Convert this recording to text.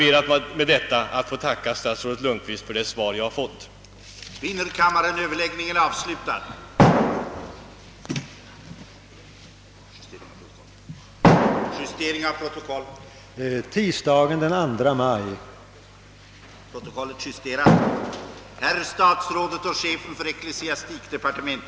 Med det anförda ber jag att än en gång få tacka statsrådet Lundkvist för det svar jag fått på min fråga.